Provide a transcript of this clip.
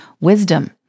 wisdom